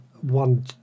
one